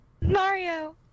Mario